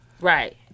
Right